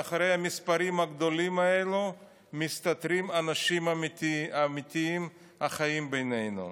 מאחורי המספרים הגדולים האלה מסתתרים אנשים אמיתיים החיים בינינו,